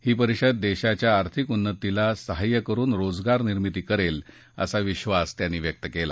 ही परिषद देशाच्या आर्थिक उन्नतीला सहाय्य करून रोजगार निर्मिती करेल असा विधास त्यांनी व्यक्त केला